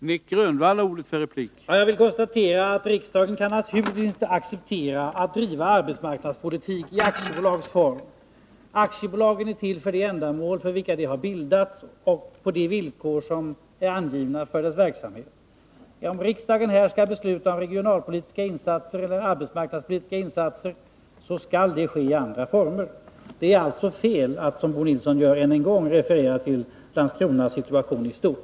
Herr talman! Jag vill konstatera att riksdagen naturligtvis inte kan acceptera att driva arbetsmarknadspolitik i aktiebolagsform. Aktiebolagen är till för de ändamål för vilka de har bildats och på de villkor som är angivna för deras verksamhet. Om riksdagen skall besluta om regionalpolitiska eller arbetsmarknadspo litiska insatser, skall det ske i andra former. Det är alltså fel att, som Bo Nilsson gör ännu en gång, referera till Landskronas situation i stort.